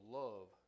love